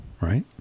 right